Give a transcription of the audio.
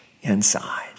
inside